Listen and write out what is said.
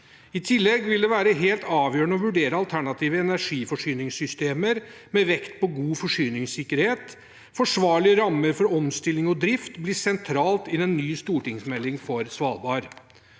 I tillegg vil det være helt avgjørende å vurdere alternative energiforsyningssystemer, med vekt på god forsyningssikkerhet. Forsvarlige rammer for omstilling og drift blir sentralt i en ny stortingsmelding om Svalbard.